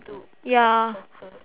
ya